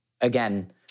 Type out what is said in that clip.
again